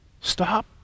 Stop